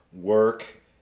work